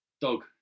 Dog